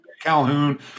Calhoun